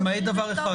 למעט דבר אחד,